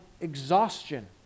exhaustion